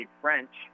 French